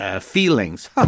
feelings—